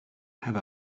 have